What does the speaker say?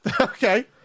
Okay